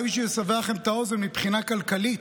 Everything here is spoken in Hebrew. רק בשביל לסבר לכם את האוזן, מבחינה כלכלית,